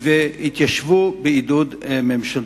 והתיישבו בעידוד ממשלתי.